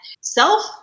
self-